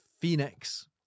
Phoenix